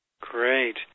Great